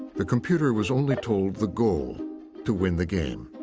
the computer was only told the goal to win the game.